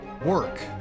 work